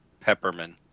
Pepperman